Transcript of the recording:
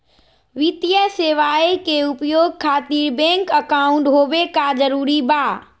वित्तीय सेवाएं के उपयोग खातिर बैंक अकाउंट होबे का जरूरी बा?